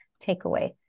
takeaway